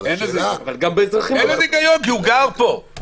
אבל --- אין בזה היגיון כי הוא גר פה.